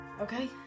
Okay